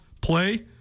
play